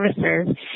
services